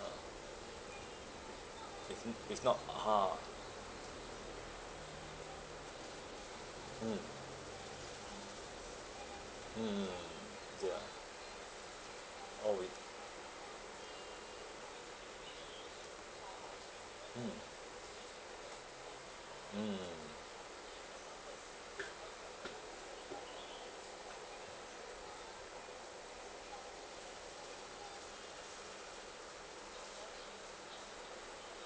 ah as in it's not ah ha mm mm ya or with mm mm